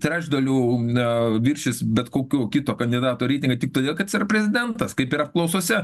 trečdaliu na viršys bet kokio kito kandidato reitingą tik todėl kad prezidentas kaip ir apklausose